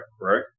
right